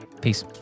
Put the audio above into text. peace